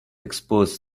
expose